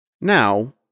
Now